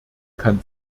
kann